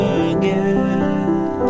again